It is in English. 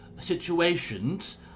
situations